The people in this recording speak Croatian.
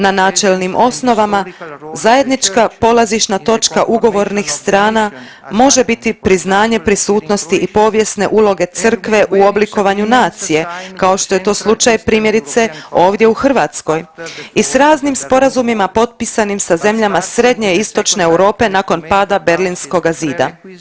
Na načelnim osnovama zajednička polazišna točka ugovorna strana može biti priznanje prisutnosti i povijesne uloge Crkve u oblikovanju nacije, kao što je to slučaj primjerice ovdje u Hrvatskoj i s raznim sporazumima potpisanim sa zemljama Srednje i Istočne Europe nakon pada Berlinskoga zida.